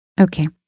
Okay